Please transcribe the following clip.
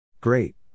Great